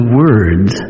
words